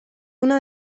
una